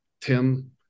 Tim